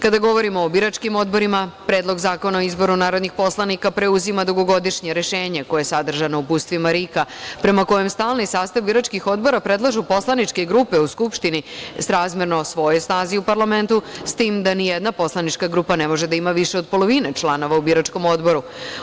Kada govorimo o biračkim odborima, Predlog zakona o izboru narodnih poslanika preuzima dugogodišnje rešenje koje je sadržano u uputstvima RIK-a, a prema kojima stalni sastav biračkih odbora predlažu poslaničke grupe u Skupštini srazmerno svojoj snazi u parlamentu, s tim da ni jedna poslanička grupa ne može da ima više od polovine članova u biračkom odboru.